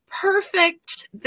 perfect